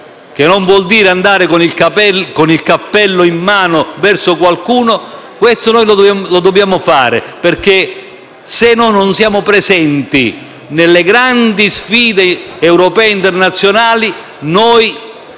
che non vuol dire andare con il cappello in mano verso qualcuno, lo dobbiamo fare, perché se non saremo presenti nelle grandi sfide europee e internazionali